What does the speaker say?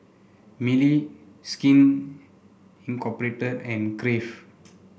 Mili Skin Incorporate and Crave